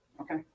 Okay